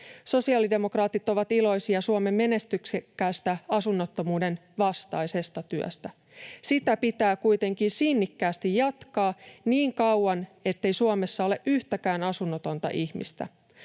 Sosiaalidemokraatit ovat iloisia Suomen menestyksekkäästä asunnottomuuden vastaisesta työstä. Sitä pitää kuitenkin sinnikkäästi jatkaa niin kauan, ettei Suomessa ole yhtäkään asunnotonta ihmistä.